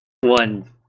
One